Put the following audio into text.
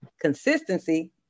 Consistency